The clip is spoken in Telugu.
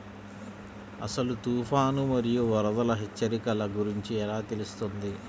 అసలు తుఫాను మరియు వరదల హెచ్చరికల గురించి ఎలా తెలుస్తుంది?